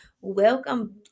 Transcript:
Welcome